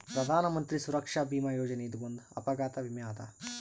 ಪ್ರಧಾನ್ ಮಂತ್ರಿ ಸುರಕ್ಷಾ ಭೀಮಾ ಯೋಜನೆ ಇದು ಒಂದ್ ಅಪಘಾತ ವಿಮೆ ಅದ